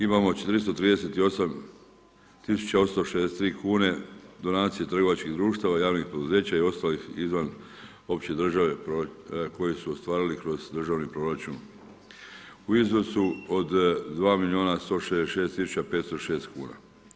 Imamo … tisuća 863 kune donacije trgovačkih društava, javnih poduzeća i ostalih izvan opće države, koji su ostvarili kroz državni proračun u iznosu od 2 milijuna 166 tisuća 506 kn.